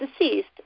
deceased